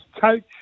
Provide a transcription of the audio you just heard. coach